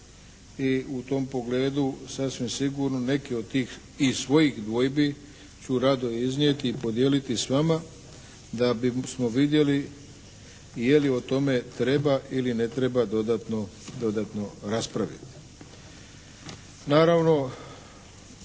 i u tom pogledu sasvim sigurno nekih od tih i svojih dvojbi ću rado iznijeti i podijeliti s vama da bismo vidjeli je li o tome treba ili ne treba dodatno raspraviti.